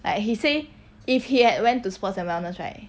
like he say if he had went to sports and wellness right